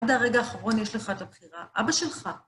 עד הרגע האחרון יש לך את הבחירה, אבא שלך.